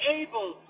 able